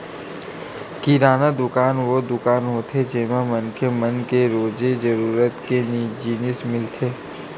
किराना दुकान वो दुकान होथे जेमा मनखे मन के रोजे जरूरत के जिनिस मिलथे